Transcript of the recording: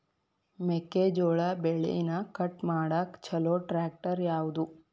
ಮೆಕ್ಕೆ ಜೋಳ ಬೆಳಿನ ಕಟ್ ಮಾಡಾಕ್ ಛಲೋ ಟ್ರ್ಯಾಕ್ಟರ್ ಯಾವ್ದು?